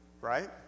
Right